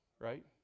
right